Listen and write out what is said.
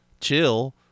chill